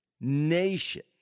nation